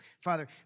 Father